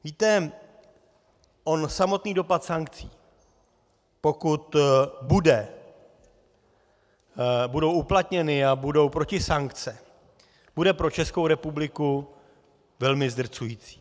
Víte, on samotný dopad sankcí, pokud budou uplatněny a budou protisankce, bude pro Českou republiku velmi zdrcující.